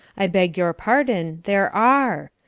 i beg your pardon, there are.